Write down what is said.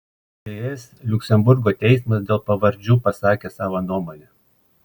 es liuksemburgo teismas dėl pavardžių pasakė savo nuomonę